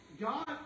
God